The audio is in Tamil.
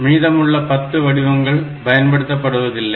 மீதமுள்ள 10 வடிவங்கள் பயன்படுத்தப்படுவதில்லை